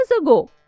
ago